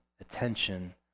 attention